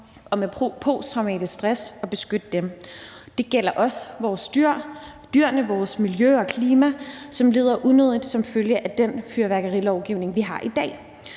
og med posttraumatisk stress, og beskytte dem. Det gælder også vores dyr, vores miljø og vores klima, som lider unødigt som følge af den fyrværkerilovgivning, vi har i dag.